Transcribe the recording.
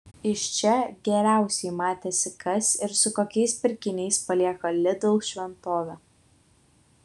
iš čia geriausiai matėsi kas ir su kokiais pirkiniais palieka lidl šventovę